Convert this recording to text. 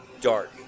Dark